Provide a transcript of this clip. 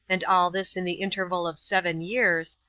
and all this in the interval of seven years,